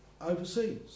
overseas